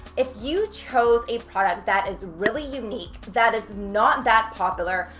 if you chose a product that is really unique, that is not that popular,